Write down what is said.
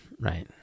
right